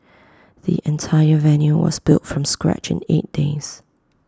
the entire venue was built from scratch eight days